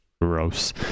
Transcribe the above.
Gross